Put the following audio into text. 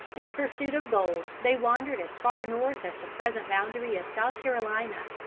in pursuit of gold they wandered as far north as the present boundary of south carolina.